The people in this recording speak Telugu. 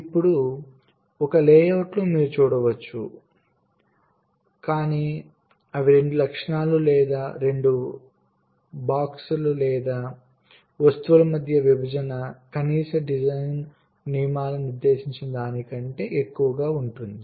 ఇప్పుడు ఒక లేఅవుట్లో మీరు చూడవచ్చు కానీ 2 లక్షణాలు లేదా 2 బ్లాక్స్ లేదా వస్తువుల మధ్య ఈ విభజన కనీస డిజైన్ నియమావళి నిర్దేశించిన దానికంటే ఎక్కువగా ఉంటుంది